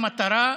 המטרה,